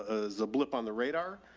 as a blip on the radar.